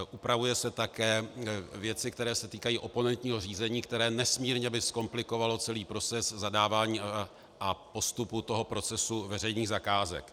Upravují se také věci, které se týkají oponentního řízení, které by nesmírně zkomplikovalo celý proces zadávání a postupu procesu veřejných zakázek.